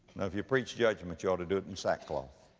no, if you preach judgment you ought to do it in sackcloth.